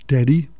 Daddy